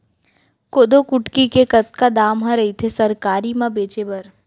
कोदो कुटकी के कतका दाम ह रइथे सरकारी म बेचे बर?